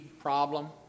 problem